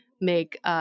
make